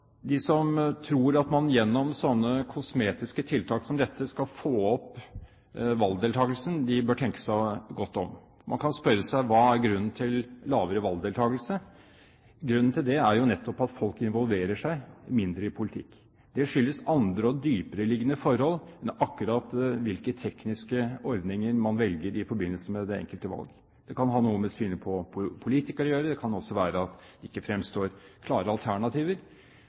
de som tror at man gjennom slike kosmetiske tiltak som dette skal få opp valgdeltakelsen, bør tenke seg godt om. Man kan spørre seg: Hva er grunnen til lavere valgdeltakelse? Grunnen til det er jo nettopp at folk involverer seg mindre i politikk. Det skyldes andre og dypereliggende forhold enn akkurat hvilke tekniske ordninger man velger i forbindelse med det enkelte valg. Det kan ha noe med synet på politikere å gjøre. Det kan også være at det ikke fremstår klare alternativer.